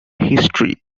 history